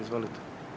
Izvolite.